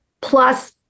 plus